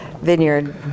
vineyard